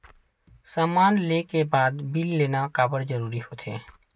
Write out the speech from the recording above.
समान ले के बाद बिल लेना काबर जरूरी होथे?